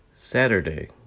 Saturday